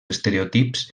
estereotips